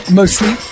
mostly